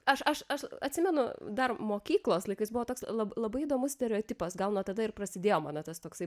aš aš aš atsimenu dar mokyklos laikais buvo toks la labai įdomus stereotipas gal nuo tada ir prasidėjo mano tas toksai